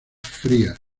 frías